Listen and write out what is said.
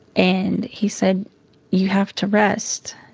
and he said you have to rest,